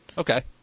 Okay